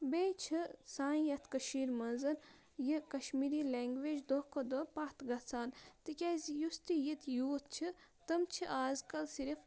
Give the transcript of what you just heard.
بیٚیہِ چھِ سانہِ یَتھ کٔشیٖرِ منٛز یہِ کَشمیٖری لینٛگویج دۄہ کھۄتہٕ دۄہ پَتھ گَژھان تِکیازِ یُس تہِ ییٚتہِ یوٗتھ چھِ تِم چھِ اَزکَل صِرف